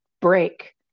break